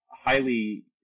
highly